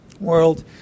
world